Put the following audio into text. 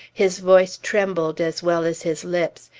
his voice trembled as well as his lips.